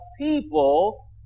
people